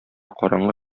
караңгы